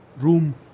room